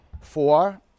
four